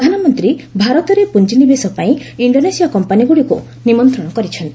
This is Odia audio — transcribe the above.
ପ୍ରଧାନମନ୍ତ୍ରୀ ଭାରତରେ ପ୍ରଞ୍ଜିନିବେଶ ପାଇଁ ଇଣ୍ଡୋନେସୀୟ କମ୍ପାନୀଗ୍ରଡିକ୍ ନିମନ୍ତ୍ରଣ କରିଚ୍ଛନ୍ତି